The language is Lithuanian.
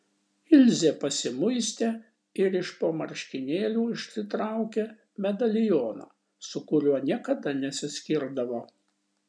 ilzė pasimuistė ir iš po marškinėlių išsitraukė medalioną su kuriuo niekada nesiskirdavo